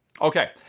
Okay